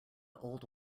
old